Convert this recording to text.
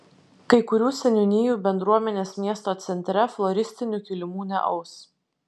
kai kurių seniūnijų bendruomenės miesto centre floristinių kilimų neaus